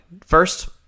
First